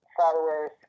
followers